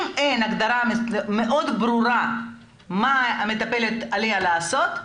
אם אין הגדרה מאוד ברורה מה על המטפלת לעשות,